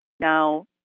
Now